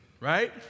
right